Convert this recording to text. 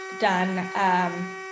done